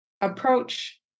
approach